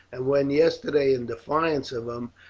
and when yesterday, in defiance of him,